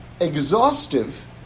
exhaustive